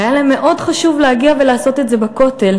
והיה להם מאוד חשוב להגיע ולעשות את זה בכותל,